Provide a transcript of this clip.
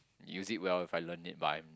use it well if I learn it but I'm